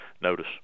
notice